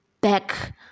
back